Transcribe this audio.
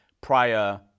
prior